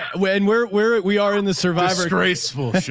when we're where we are in the survivor's graceful,